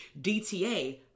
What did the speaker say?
DTA